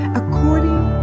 according